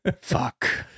Fuck